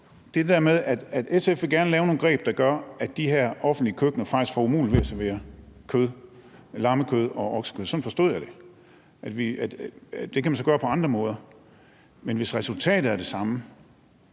det der med, at SF gerne vil lave nogle greb, der gør, at de her offentlige køkkener faktisk får umuligt ved at servere kød, lammekød og oksekød – sådan forstod jeg det, altså at det kan man så gøre på andre måder – men hvis resultatet er det samme,